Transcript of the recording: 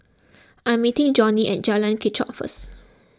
I am meeting Johnie at Jalan Kechot first